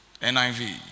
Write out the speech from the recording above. NIV